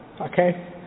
okay